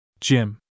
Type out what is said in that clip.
Jim